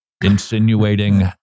insinuating